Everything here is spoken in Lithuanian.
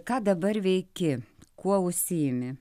ką dabar veiki kuo užsiimi